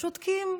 שותקים.